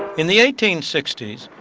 in the eighteen sixty s,